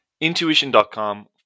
intuition.com